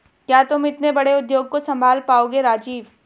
क्या तुम इतने बड़े उद्योग को संभाल पाओगे राजीव?